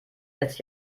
lässt